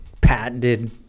patented